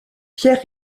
pierre